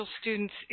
students